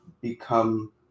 become